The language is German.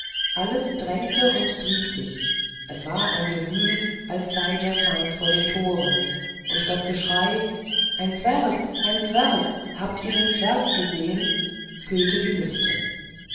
alles drängte und trieb sich es war ein gewühl als sei der feind vor den toren und das geschrei ein zwerg ein zwerg habt ihr den zwerg gesehen füllte die lüfte